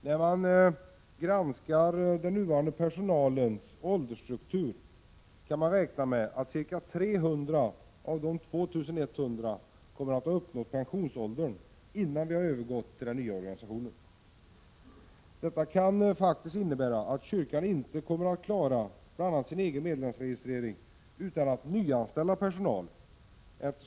När man granskar den nuvarande personalens åldersstruktur kan man räkna med att ca 300 av de 2 100 kommer att uppnå pensionsåldern innan vi har övergått till den nya organisationen. Detta kan faktiskt innebära att kyrkan inte kommer att klara sin egen medlemsregistrering utan att nyanställa personal.